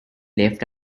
left